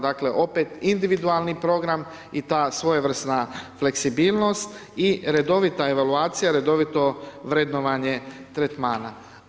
Dakle, opet individualni program i ta svojevrsna fleksibilnost i redovita evolucija, redovito vrednovanje tretmana.